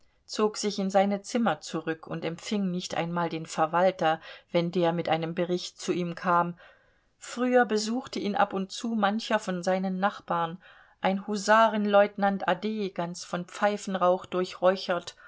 zog sich in seine zimmer zurück und empfing nicht mal den verwalter wenn der mit einem bericht zu ihm kam früher besuchte ihn ab und zu mancher von seinen nachbarn ein husarenleutnant a d ganz von